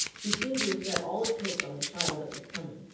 he seemed to have set all his hopes on the child that was coming,